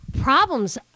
problems